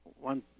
one